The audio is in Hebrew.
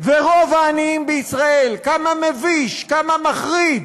ורוב העניים בישראל כמה מביש, כמה מחריד,